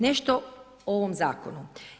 Nešto o ovom zakonu.